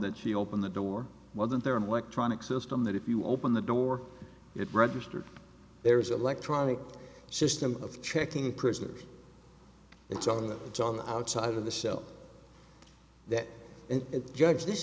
that she opened the door wasn't there an electronic system that if you open the door it registers there is electronic system of checking prisoners it's on that it's on the outside of the cell that it judge this